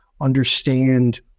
understand